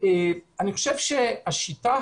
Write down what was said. אני חושב שהשיטה